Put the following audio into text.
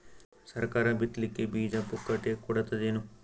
ಸರಕಾರ ಬಿತ್ ಲಿಕ್ಕೆ ಬೀಜ ಪುಕ್ಕಟೆ ಕೊಡತದೇನು?